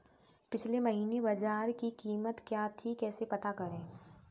पिछले महीने बाजरे की कीमत क्या थी कैसे पता करें?